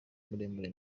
muremure